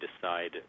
decide